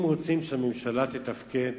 אם רוצים שהממשלה תתפקד